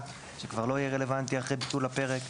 שכבר לא יהיה רלוונטי אחרי ביטול הפרק.